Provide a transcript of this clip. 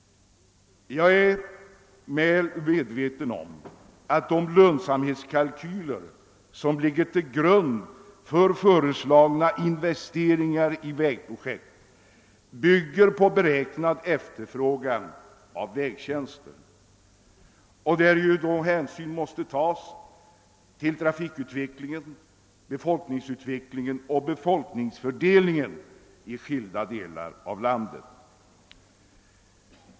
Jag är väl medveten om att de lönsamhetskalkyler som ligger till grund för föreslagna investeringar i vägprojekt bygger på beräknad efterfrågan av vägtjänster, där hänsyn måste tas till trafikutvecklingen, befolkningsutvecklingen och befolkningsfördelningen i skilda delar av landet.